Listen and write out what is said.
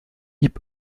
hip